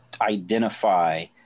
identify